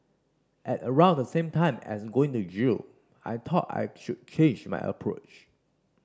at around the same time as going to jail I thought I should change my approach